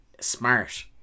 smart